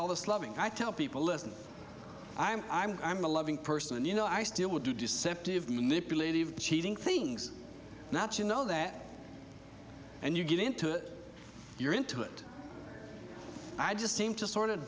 all this loving i tell people listen i'm a loving person and you know i still would do deceptive manipulative cheating things that you know that and you get into it you're into it i just seem to sort of